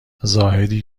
زاهدی